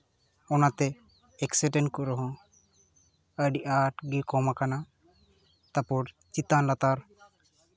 ᱚᱱᱟᱛᱮ ᱮᱠᱥᱤᱰᱮᱱᱴ ᱠᱚ ᱨᱮᱦᱚᱸ ᱟᱹᱰᱤ ᱟᱸᱴ ᱜᱮ ᱠᱚᱢ ᱠᱟᱱᱟ ᱛᱟᱨᱯᱚᱨ ᱪᱮᱛᱟᱱ ᱞᱟᱛᱟᱨ